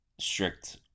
strict